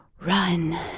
Run